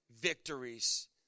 victories